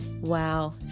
Wow